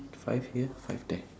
five here five there